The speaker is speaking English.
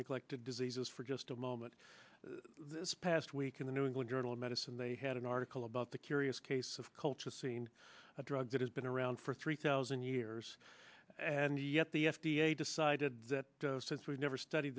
neglected diseases for just a moment this past week in the new england journal of medicine they had an article about the curious case of cultural scene a drug that has been around for three thousand years and yet the f d a decided that since we've never stud